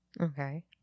Okay